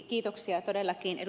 kiitoksia todellakin ed